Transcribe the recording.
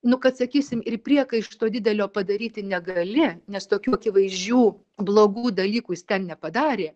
nu kad sakysim ir priekaišto didelio padaryti negali nes tokių akivaizdžių blogų dalykų jis ten nepadarė